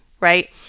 Right